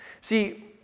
See